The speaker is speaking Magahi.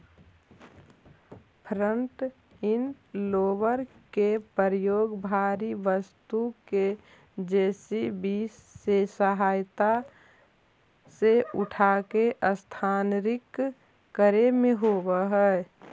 फ्रन्ट इंड लोडर के प्रयोग भारी वस्तु के जे.सी.बी के सहायता से उठाके स्थानांतरित करे में होवऽ हई